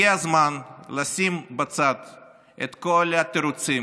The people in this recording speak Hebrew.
הגיע הזמן לשים בצד את כל התירוצים,